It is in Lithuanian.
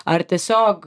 ar tiesiog